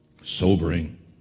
Sobering